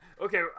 Okay